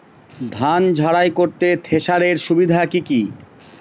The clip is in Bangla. ধান ঝারাই করতে থেসারের সুবিধা কি কি?